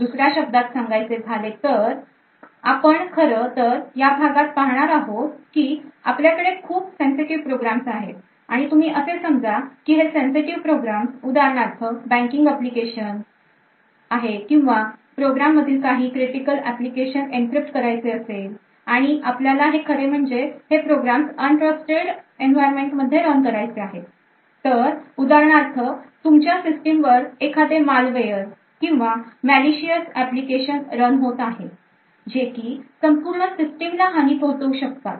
दुसऱ्या शब्दात सांगायचे झाले तर आपण खरं तर या भागात पाहणार आहोत की आपल्याकडे खूप sensitive प्रोग्रामस आहे आणि तुम्ही असे समजा की हे sensitive प्रोग्रामस उदाहरणार्थ banking application किंवा प्रोग्राम मधील काही critical applications encrypt करायची असेल आणि आपल्याला हे खरे म्हणजे हे प्रोग्रामस untrusted environment मध्ये रन करायचे आहेत तर उदाहरणार्थ तुमच्या सिस्टीम वर एखादे malware किंवा malicious application रन होत आहेत जे की संपूर्ण सिस्टीमला हानी पोहोचवू शकतात